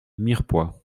mirepoix